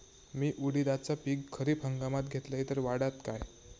मी उडीदाचा पीक खरीप हंगामात घेतलय तर वाढात काय?